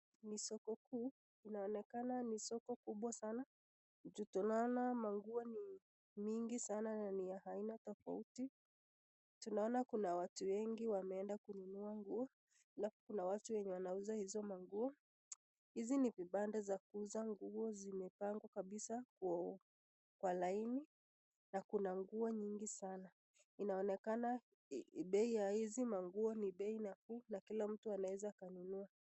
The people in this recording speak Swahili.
Ni soko kuu. Inaonekana ni soko kubwa sana, juu tunaona manguo ni mingi sana na ni ya aina tofauti. Tunaona kuna watu wengi wameenda kununua nguo na kuna watu wenye wanauza hizo manguo. Hizi ni vibanda za kuuza nguo zimepangwa kabisa kwa laini na kuna nguo nyingi sana. Inaonekana bei ya hizi manguo ni bei nafuu na kila mtu anaweza kununua.